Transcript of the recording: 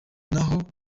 naho